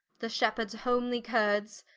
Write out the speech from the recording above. the shepherds homely curds,